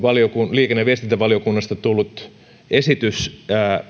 liikenne ja viestintävaliokunnasta tullut esitys